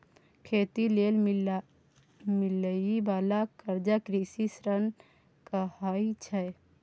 खेती लेल मिलइ बाला कर्जा कृषि ऋण कहाइ छै